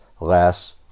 less